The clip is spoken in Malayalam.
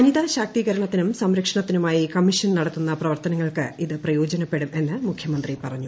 വനിതാ ശാക്തീകരണത്തിനും സംരക്ഷണത്തിനുമായി കമ്മിഷൻ നടത്തുന്ന പ്രവർത്തനങ്ങൾക്ക് ഇത് പ്രയോജനപ്പെടും എന്ന് മുഖ്യമന്ത്രി പറഞ്ഞു